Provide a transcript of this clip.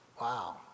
wow